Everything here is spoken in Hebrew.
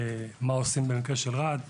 ומה עושים במקרה של רעידת אדמה,